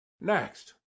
next